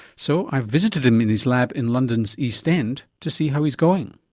so i visited him in his lab in london's east end to see how he's going.